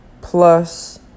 plus